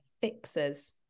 fixes